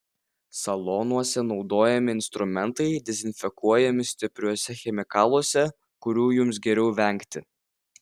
salonuose naudojami instrumentai dezinfekuojami stipriuose chemikaluose kurių jums geriau vengti